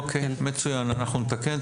אוקיי, מצוין, אנחנו נתקן.